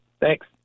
thanks